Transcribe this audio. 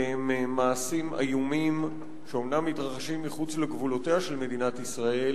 אלה הם מעשים איומים שאומנם מתרחשים מחוץ לגבולותיה של מדינת ישראל,